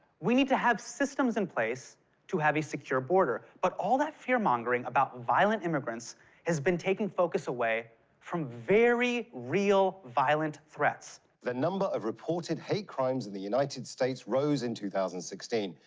we need to have systems in place to have a secure border. but all that fearmongering about violent immigrants has been taking focus away from very real violent threats. the number of reported hate crimes in the united states rose in two thousand and sixteen,